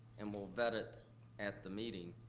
and we'll vet it at the meeting.